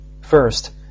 First